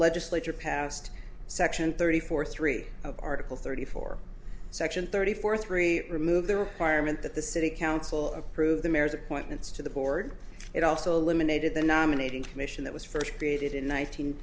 legislature passed section thirty four three of article thirty four section thirty four three remove the requirement that the city council approve the mares appointments to the board it also limited the nominating commission that was first created in one nine